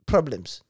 Problems